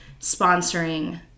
sponsoring